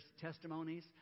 testimonies